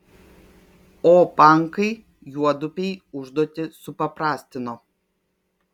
o pankai juodupei užduotį supaprastino